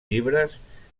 llibres